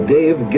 Dave